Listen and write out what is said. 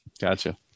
gotcha